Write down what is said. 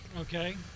okay